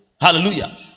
Hallelujah